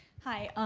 hi.